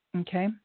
Okay